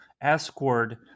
escort